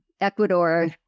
Ecuador